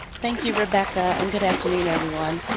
thank you, rebecca, and good afternoon, everyone.